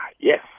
yes